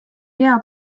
hea